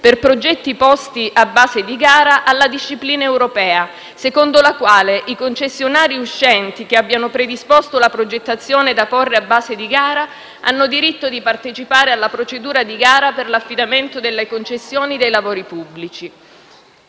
per progetti posti a base di gara alla disciplina europea, secondo la quale i concessionari uscenti che abbiano predisposto la progettazione da porre a base di gara hanno diritto di partecipare alla procedura di gara per l'affidamento delle concessioni dei lavori pubblici.